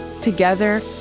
Together